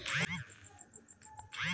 UPI से payment करे के का का फायदा हे?